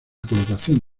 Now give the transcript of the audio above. colocación